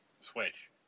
Switch